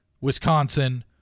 Wisconsin